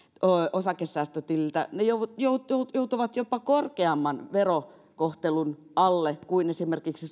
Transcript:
osakesäästötililtä joutuvat joutuvat jopa korkeamman verokohtelun alle kuin mitä esimerkiksi